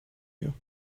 you